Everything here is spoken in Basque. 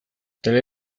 tailer